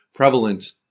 Prevalent